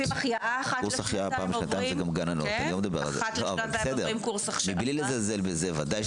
בלי לזלזל בזה.